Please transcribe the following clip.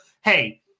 Hey